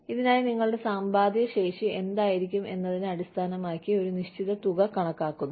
ഇതിനായി നിങ്ങളുടെ സമ്പാദ്യശേഷി എന്തായിരിക്കും എന്നതിനെ അടിസ്ഥാനമാക്കി ഒരു നിശ്ചിത തുക കണക്കാക്കുന്നു